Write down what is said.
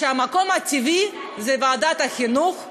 המקום הטבעי זה ועדת החינוך,